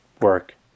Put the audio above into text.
work